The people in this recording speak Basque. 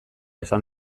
esan